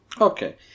Okay